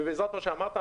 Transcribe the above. וכמו שאמרת,